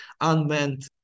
unmanned